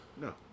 no